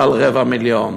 מעל רבע מיליון.